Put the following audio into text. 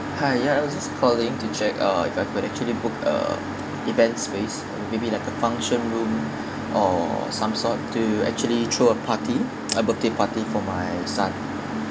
hi ya I was just calling to check uh if I could actually book a event space maybe like a function room or some sort to actually throw a party a birthday party for my son